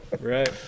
right